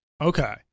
Okay